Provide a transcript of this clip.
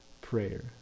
prayer